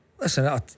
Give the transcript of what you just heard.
Listen